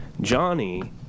Johnny